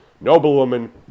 noblewoman